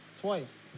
twice